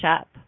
up